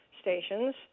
stations